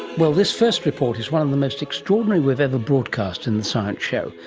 well, this first report is one of the most extraordinary we've ever broadcast in the science show,